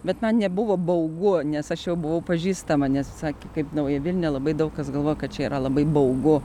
bet man nebuvo baugu nes aš jau buvau pažįstama nes sakė kaip nauja vilnia labai daug kas galvoja kad čia yra labai baugu